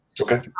Okay